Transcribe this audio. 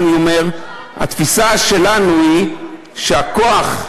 אני אומר שהתפיסה שלנו היא שהכוח,